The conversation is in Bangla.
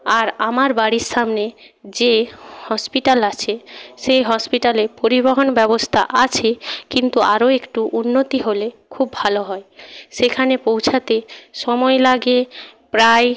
আর আমার বাড়ির সামনে যে হসপিটাল আছে সেই হসপিটালে পরিবহন ব্যবস্থা আছে কিন্তু আরও একটু উন্নতি হলে খুব ভালো হয় সেখানে পৌঁছতে সময় লাগে প্রায়